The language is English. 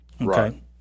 Right